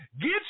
Get